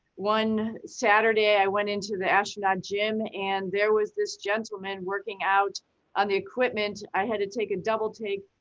one saturday i went into the astronaut gym and there was this gentleman working out on the equipment. i had to take a double-take,